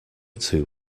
two